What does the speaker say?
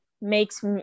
makes